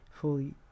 fully